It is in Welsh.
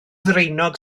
ddraenog